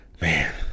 Man